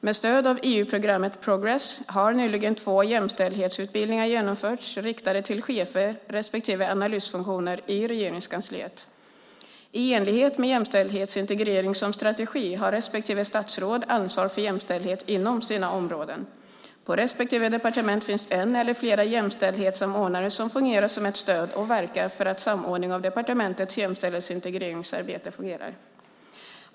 Med stöd av EU-programmet Progress har nyligen två jämställdhetsutbildningar genomförts riktade till chefer respektive analysfunktioner i Regeringskansliet. I enlighet med jämställdhetsintegrering som strategi har respektive statsråd ansvar för jämställdhet inom sina områden. På respektive departement finns en eller flera jämställdhetssamordnare som fungerar som ett stöd och verkar för att samordningen av departementets jämställdhetsintegreringsarbete fungerar.